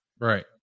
Right